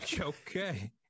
Okay